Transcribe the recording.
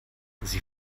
sie